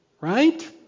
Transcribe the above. right